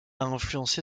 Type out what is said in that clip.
influencé